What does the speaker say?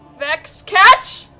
vex, catch!